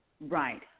right